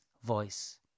voice